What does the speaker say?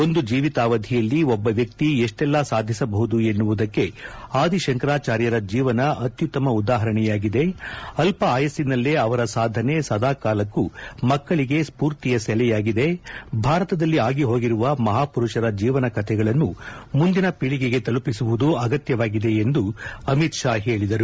ಒಂದು ಜೀವಿತಾವಧಿಯಲ್ಲಿ ಒಬ್ಬ ವ್ಯಕ್ತಿ ಎಷ್ಟೆಲ್ಲಾ ಸಾಧಿಸಬಹುದು ಎನ್ನುವುದಕ್ಕೆ ಅದಿ ಶಂಕರಾಚಾರ್ಯರ ಜೀವನ ಅತ್ಯುತ್ತಮ ಉದಾಪರಣೆಯಾಗಿದೆ ಅಲ್ಲ ಆಯಸ್ಸಿನಲ್ಲೇ ಅವರ ಸಾಧನೆ ಸದಾ ಕಾಲಕ್ಕೂ ಮಕ್ಕಳಿಗೆ ಸ್ಫೂರ್ತಿಯ ಸೆಲೆಯಾಗಿದೆ ಭಾರತದಲ್ಲಿ ಆಗಿಹೋಗಿರುವ ಮಹಾಮರುಷರ ಜೀವನ ಕತೆಗಳನ್ನು ಮುಂದಿನ ಪೀಳಿಗೆಗೆ ತಲುಪಿಸುವುದು ಆಗತ್ತವಾಗಿದೆ ಎಂದು ಅಮಿತ್ ಷಾ ಹೇಳಿದರು